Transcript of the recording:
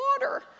water